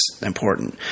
important